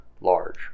Large